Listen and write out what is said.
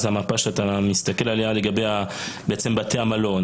זה המפה שאתה מסתכל עליה לגבי בעצם בתי המלון,